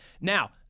Now—